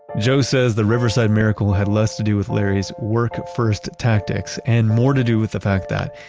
joe says the riverside miracle had less to do with larry's work-first tactics and more to do with the fact that,